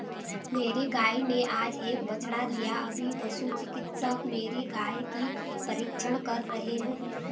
मेरी गाय ने आज एक बछड़ा दिया अभी पशु चिकित्सक मेरी गाय की परीक्षण कर रहे हैं